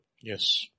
Yes